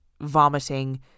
vomiting